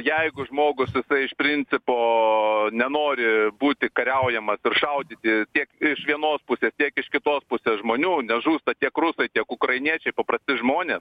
jeigu žmogus jisai iš principo nenori būti kariaujamas ir šaudyti tiek iš vienos pusės tiek iš kitos pusės žmonių nes žūsta tiek rusai tiek ukrainiečiai paprasti žmonės